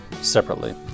separately